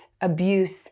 abuse